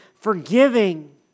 forgiving